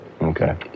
Okay